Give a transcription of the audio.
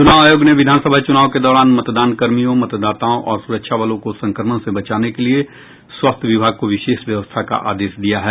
चुनाव आयोग ने विधानसभा चुनाव के दौरान मतदानकर्मियों मतदाताओं और सुरक्षा बलों को संक्रमण से बचाने के लिये स्वास्थ्य विभाग को विशेष व्यवस्था का आदेश दिया है